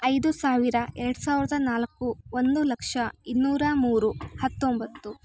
ಐದು ಸಾವಿರ ಎರಡು ಸಾವಿರದ ನಾಲ್ಕು ಒಂದು ಲಕ್ಷ ಇನ್ನೂರ ಮೂರು ಹತ್ತೊಂಬತ್ತು